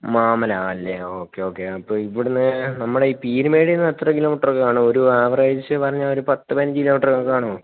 മാമലയല്ലേ okay okay അപ്പോള് ഇവിടെ നിന്ന് നമ്മുടെ ഈ പീരുമേട് നിന്ന് എത്ര കിലോമീറ്ററൊക്കെ കാണും ഒരു ആവറേജ് പറഞ്ഞാല് ഒരു പത്തു പതിനഞ്ച് കിലോമീറ്ററൊക്കെ കാണുമോ